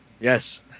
Yes